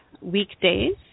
weekdays